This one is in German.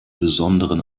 besonderen